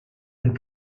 une